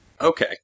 Okay